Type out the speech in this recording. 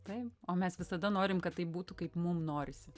taip o mes visada norim kad taip būtų kaip mum norisi